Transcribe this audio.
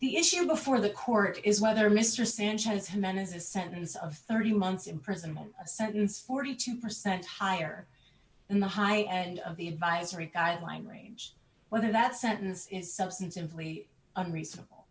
the issue before the court is whether mr sanchez jimenez's sentence of thirty months imprisonment sentence forty two percent higher in the high end of the advisory guideline range whether that sentence is substantively a reasonable